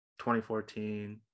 2014